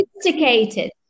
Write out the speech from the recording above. sophisticated